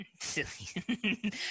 Silly